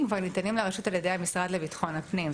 ניתנים לרשות על-ידי המשרד לביטחון הפנים.